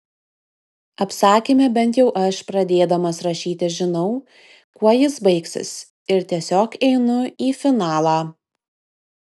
apsakyme bent jau aš pradėdamas rašyti žinau kuo jis baigsis ir tiesiog einu į finalą